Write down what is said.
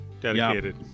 Dedicated